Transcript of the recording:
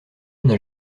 n’a